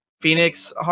Phoenix